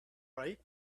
right